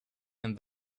and